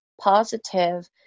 positive